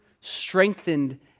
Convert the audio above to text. strengthened